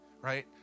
right